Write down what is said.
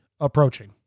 Approaching